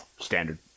Standard